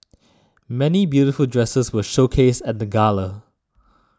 many beautiful dresses were showcased at the gala